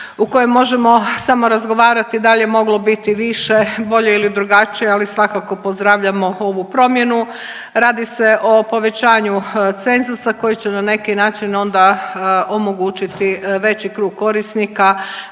u kojem možemo samo razgovarati da li je moglo biti više, bolje ili drugačije, ali svakako pozdravljamo ovu promjenu. Radi se o povećanju cenzusa koji će na neki način onda omogućiti veći krug korisnika,